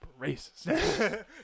racist